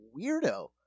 weirdo